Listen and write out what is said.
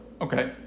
Okay